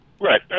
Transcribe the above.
Right